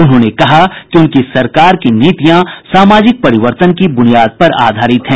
उन्होंने कहा कि उनकी सरकार की नीतियां सामाजिक परिवर्तन की ब्रनियाद पर आधारित हैं